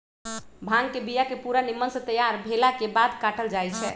भांग के बिया के पूरा निम्मन से तैयार भेलाके बाद काटल जाइ छै